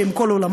שהם כל עולמו,